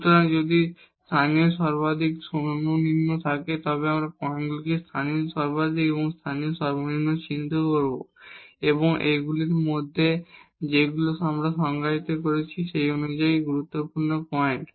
সুতরাং যদি local minima থাকে তবে আমরা সেই পয়েন্টগুলিকে লোকাল ম্যাক্সিমা এবং লোকাল মিনিমা চিহ্নিত করব এবং এর মধ্যে যেগুলি আমরা সংজ্ঞায়িত করেছি সেই অনুযায়ী এগুলো হল গুরুত্বপূর্ণ পয়েন্ট